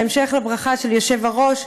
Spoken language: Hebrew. בהמשך לברכה של היושב-ראש,